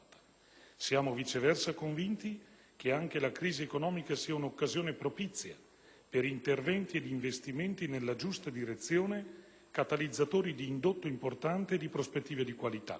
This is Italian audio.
Siamo, viceversa, convinti che anche la crisi economica sia una occasione propizia per interventi ed investimenti nella giusta direzione, catalizzatori di indotto importante e di prospettive di qualità.